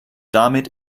damit